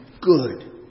good